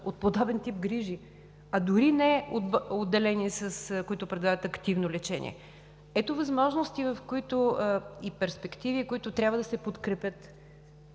от подобен тип грижи, а дори не е отделение, което предлага активно лечение, ето възможности и перспективи, които трябва да се подкрепят